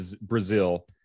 Brazil